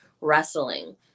wrestling